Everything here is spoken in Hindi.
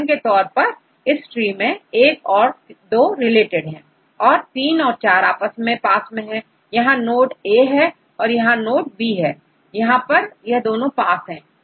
उदाहरण के तौर पर इस ट्री मैं I औरII रिलेटेड है औरIII औरIV आपस में पास है यह NODE A है यहां पर यह पास है यह B नोड है यहां पर यह दोनों पास है